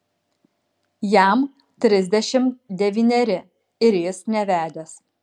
jam trisdešimt devyneri ir jis nevedęs